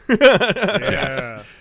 Yes